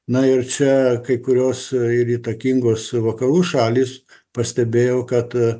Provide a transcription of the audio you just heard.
na ir čia kai kurios ir įtakingos vakarų šalys pastebėjau kad